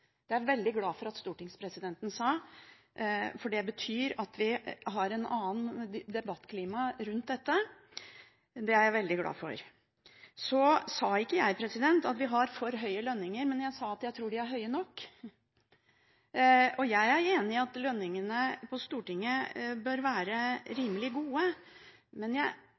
er jeg veldig glad for, for det betyr at vi har et annet debattklima rundt dette. Det er jeg veldig glad for. Så sa jeg ikke at vi har for høye lønninger, men jeg sa at jeg tror de er høye nok. Jeg er enig i at lønningene på Stortinget bør være rimelig gode, men jeg